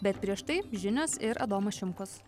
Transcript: bet prieš tai žinios ir adomas šimkus